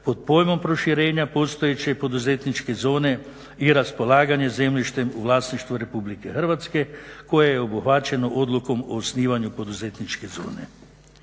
pod pojmom proširenja postojeće poduzetničke zone i raspolaganjem zemljištem u vlasništvu RH koje je obuhvaćeno odlukom o osnivanju poduzetničke zone.